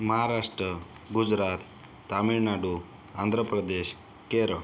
Maharashtra Gujarat Tamil Nadu Andhra Pradesh Kerala